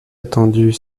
attendue